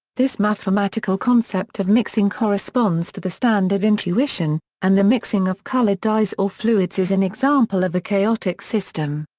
this mathematical concept of mixing corresponds to the standard intuition, and the mixing of colored dyes or fluids is an example of a chaotic system.